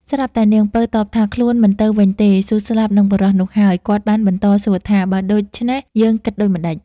ស្រាប់តែនាងពៅតបថា ខ្លួនមិនទៅវិញទេ ស៊ូស្លាប់នឹងបុរសនោះហើយ គាត់បានបន្តសួរថា បើដូច្នេះ យើងគិតដូចម្ដេច។